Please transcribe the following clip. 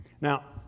Now